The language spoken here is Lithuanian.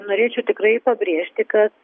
norėčiau tikrai pabrėžti kad